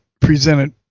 presented